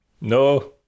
No